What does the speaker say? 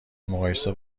مقایسه